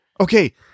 Okay